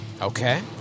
Okay